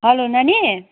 hello नानी